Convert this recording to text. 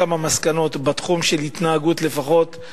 כמה מסקנות בתחום של התנהגות לפחות.